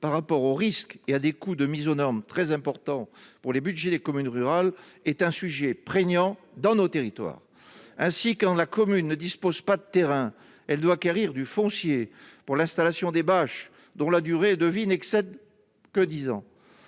par rapport aux risques et entraîner des coûts de mise aux normes très importants pour les budgets des communes rurales, constitue un sujet prégnant dans nos territoires. Ainsi, quand la commune ne dispose pas de terrains, elle doit acquérir du foncier pour l'installation des bâches, dont la durée de vie excède à peine